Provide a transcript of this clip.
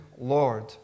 Lord